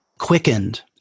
quickened